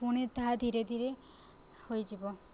ପୁଣି ତାହା ଧୀରେ ଧୀରେ ହୋଇଯିବ